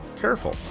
Careful